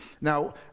Now